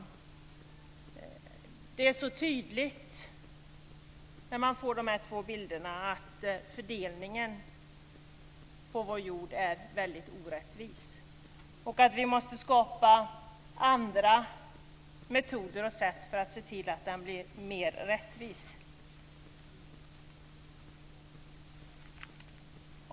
När man ser de här två bilderna är det så tydligt att fördelningen på vår jord är väldigt orättvis. Vi måste skapa andra metoder och sätt för att se till att den blir mer rättvis.